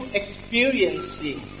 experiencing